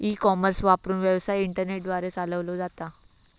E commerce वापरून, व्यवसाय internet द्वारे चालवलो जाता